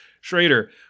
Schrader